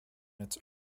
its